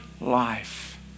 life